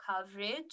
coverage